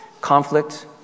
Conflict